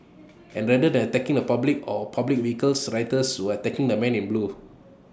and rather than attacking the public or public vehicles rioters were attacking the men in blue